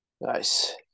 Nice